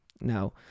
Now